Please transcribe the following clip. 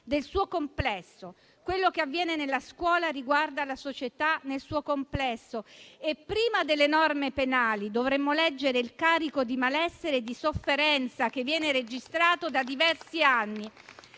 nel suo complesso. Quello che avviene nella scuola riguarda la società nel suo complesso. Prima delle norme penali, quindi, dovremmo leggere il carico di malessere e di sofferenza che viene registrato da diversi anni,